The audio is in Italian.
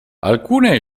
alcune